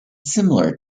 similar